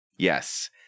yes